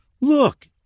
Look